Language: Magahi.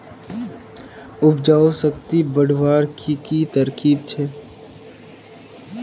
उपजाऊ शक्ति बढ़वार की की तरकीब छे?